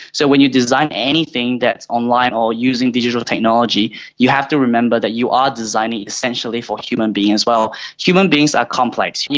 so when you design anything that's online or using digital technology, you have to remember that you are designing essentially for human beings as well. human beings are complex, you know,